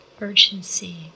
Urgency